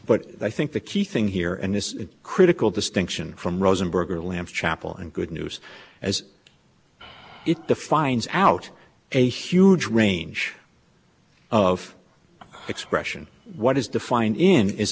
but i think the key thing here and it's critical distinction from rosenberger lamp chapel and good news as it defines out a huge range of expression what is defined in is